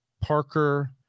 Parker